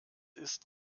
ist